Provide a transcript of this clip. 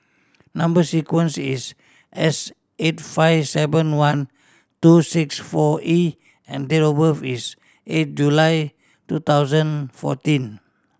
number sequence is S eight five seven one two six four E and date of birth is eight July two thousand fourteen